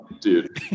Dude